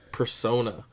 persona